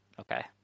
okay